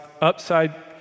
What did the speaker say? upside